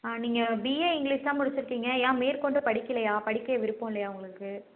ஆ நீங்க BA English தான் முடிச்சுருக்கீங்க ஏன் மேற்கொண்டு படிக்கலையா படிக்க விருப்பம் இல்லையா உங்களுக்கு